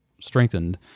strengthened